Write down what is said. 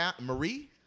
Marie